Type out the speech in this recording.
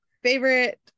Favorite